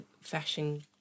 fashion